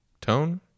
tone